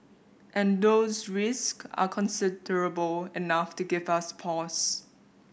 and those risk are considerable enough to give us pause